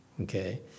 okay